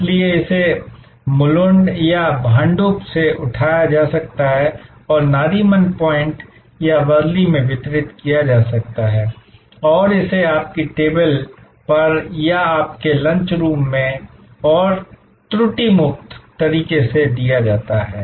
इसलिए इसे मुलुंड या भांडुप से उठाया जा सकता है और नरीमन पॉइंट या वर्ली में वितरित किया जा सकता है और इसे आपकी टेबल पर या आपके लंच रूम में और त्रुटी मुक्त तरीके से दिया जाता है